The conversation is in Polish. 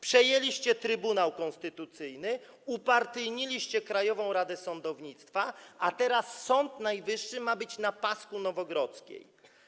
Przejęliście Trybunał Konstytucyjny, upartyjniliście Krajową Radę Sądownictwa, a teraz Sąd Najwyższy ma być na pasku Nowogrodzkiej.